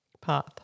path